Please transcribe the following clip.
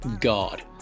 God